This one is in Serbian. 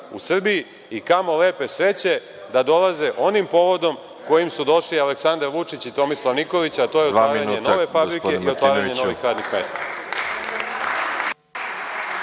u Srbiji. Kamo lepe sreće da dolaze onim povodom kojim su došli Aleksandar Vučić i Tomislav Nikolić, a to je otvaranje nove fabrike i otvaranje novih radnih mesta.